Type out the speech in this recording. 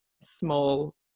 small